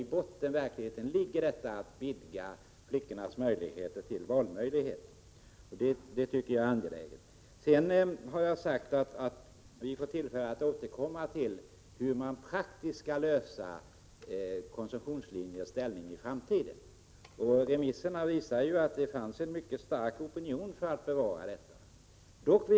I verkligheten är det ju så, att det i botten finns en strävan att vidga flickornas valmöjligheter. Jag har sagt att vi får tillfälle att återkomma till frågan om hur man praktiskt skall komma fram till en lösning när det gäller konsumtionslinjens ställning i framtiden. Remisserna visar att det fanns en mycket stark opinion för ett bevarande.